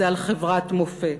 זה על חברת מופת,